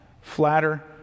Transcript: flatter